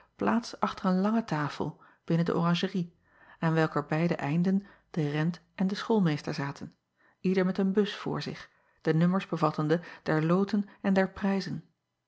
plaats achter een lange tafel binnen de oranjerie aan welker beide einden de rent en de schoolmeester zaten ieder met een bus voor zich de nummers bevattende der loten en der prijzen